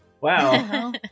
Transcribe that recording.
wow